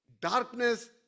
darkness